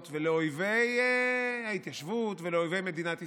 ולאויבי ההתיישבות ולאויבי מדינת ישראל.